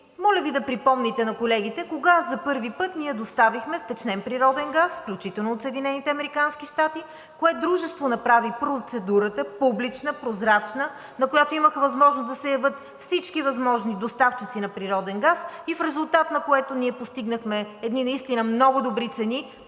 Моля Ви да припомните на колегите кога за първи път ние доставихме втечнен природен газ, включително от Съединените американски щати, кое дружество направи процедурата публична, прозрачна, на която имаха възможност да се явят всички възможни доставчици на природен газ и в резултат на което ние постигнахме едни наистина много добри цени